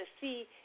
see